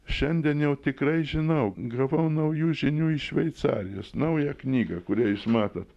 šiandien jau tikrai žinau gavau naujų žinių iš šveicarijos naują knygą kurią jūs matot